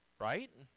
Right